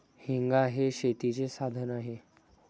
हेंगा हे शेतीचे साधन आहे